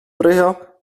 dreher